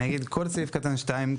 אני אגיד, כל סעיף קטן (2)